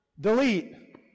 Delete